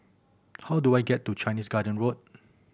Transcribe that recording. how do I get to Chinese Garden Road